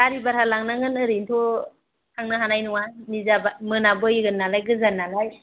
गारि भारा लांनांगोन ओरैनोथ' थांनो हानाय नङा निजा बा मोनाबोयो नालाय गोजान नालाय